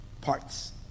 parts